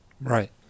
Right